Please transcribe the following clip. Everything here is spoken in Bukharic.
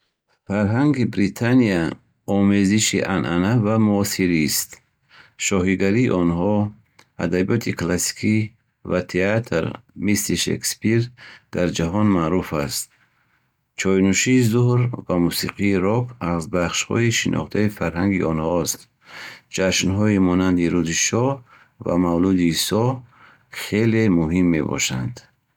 Фарҳанги Британия омезиши анъана ва муосирист. Шоҳигарии онҳо, адабиёти классикӣ ва театр мисли Шекспир дар ҷаҳон маъруф аст. Чойнӯшии зӯҳр ва мусиқии рок аз бахшҳои шинохтаи фарҳанги онҳост. Ҷашнҳои монанди Рӯзи шоҳ ва Мавлуди Исо хеле муҳим мебошанд.